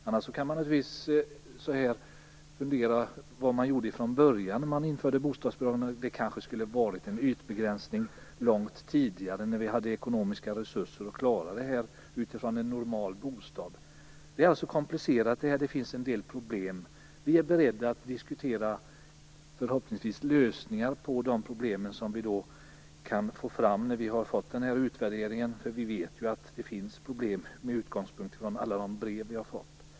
Man kan ju också fundera över vad man gjorde från början när bostadsbidragen infördes. Det skulle kanske ha varit en ytbegränsning långt tidigare när vi hade ekonomiska resurser att klara detta för en normal bostad. Detta är alltså komplicerat. Det finns en del problem. Vi är beredda att diskutera lösningar på de problemen när vi har fått den här utvärderingen. Vi vet ju att det finns problem genom alla de brev vi har fått.